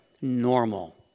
normal